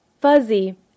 fuzzy